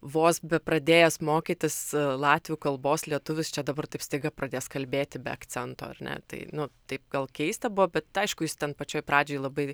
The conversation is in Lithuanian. vos bepradėjęs mokytis latvių kalbos lietuvis čia dabar taip staiga pradės kalbėti be akcento ar ne tai nu taip gal keista buvo bet aišku jis ten pačioj pradžioj labai